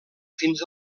fins